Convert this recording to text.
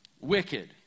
wicked